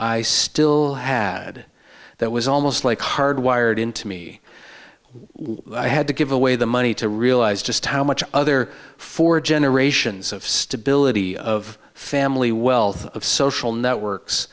i still had that was almost like hardwired into me i had to give away the money to realize just how much other four generations of stability of family wealth of social networks